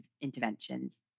interventions